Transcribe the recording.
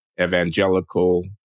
evangelical